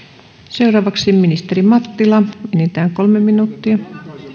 seuraavaksi ministeri mattila enintään kolme minuuttia